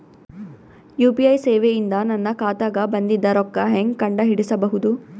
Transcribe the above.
UPI ಸೇವೆ ಇಂದ ನನ್ನ ಖಾತಾಗ ಬಂದಿದ್ದ ರೊಕ್ಕ ಹೆಂಗ್ ಕಂಡ ಹಿಡಿಸಬಹುದು?